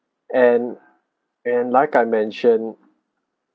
and and like I mention